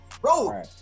Bro